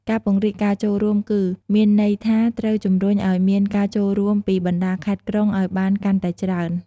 ការពង្រីកការចូលរួមគឺ មានន័យថាត្រូវជំរុញឲ្យមានការចូលរួមពីបណ្តាខេត្តក្រុងឲ្យបានកាន់តែច្រើន។